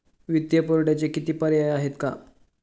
वित्तीय पुरवठ्याचे किती पर्याय आहेत का?